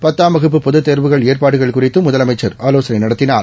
பத்தாம் வகுப்பு பொதுத்தேர்வுகள் ஏற்பாடுகள் குறித்தும் முதலமைச்சா் ஆலோசனை நடத்தப்பட்டது